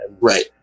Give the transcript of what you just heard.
Right